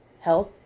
health